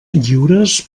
lliures